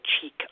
cheek